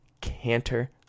canter